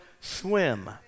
swim